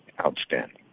outstanding